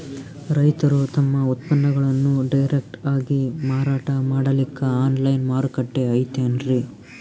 ರೈತರು ತಮ್ಮ ಉತ್ಪನ್ನಗಳನ್ನು ಡೈರೆಕ್ಟ್ ಆಗಿ ಮಾರಾಟ ಮಾಡಲಿಕ್ಕ ಆನ್ಲೈನ್ ಮಾರುಕಟ್ಟೆ ಐತೇನ್ರೀ?